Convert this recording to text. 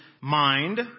mind